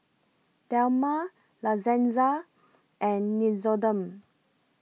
Dilmah La Senza and Nixoderm